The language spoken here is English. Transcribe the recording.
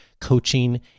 coaching